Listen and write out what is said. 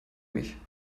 mich